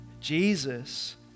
Jesus